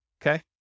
okay